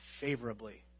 favorably